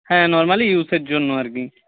হ্যাঁ নরমালি ইউজের জন্য আর কি